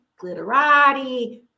glitterati